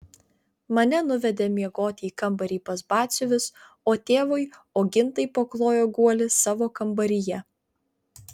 mane nuvedė miegoti į kambarį pas batsiuvius o tėvui ogintai paklojo guolį savo kambaryje